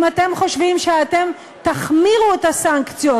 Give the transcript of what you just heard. אם אתם חושבים שאתם תחמירו את הסנקציות